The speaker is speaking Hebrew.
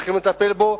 שצריכים לטפל בו,